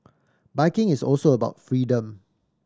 biking is also about freedom